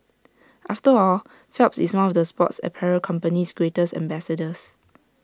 after all Phelps is one of the sports apparel company's greatest ambassadors